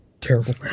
terrible